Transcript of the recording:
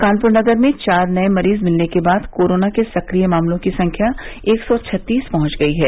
कानपुर नगर में चार नए मरीज मिलने के बाद कोरोना के सक्रिय मामलों की संख्या एक सौ छत्तीस पहुंच गई है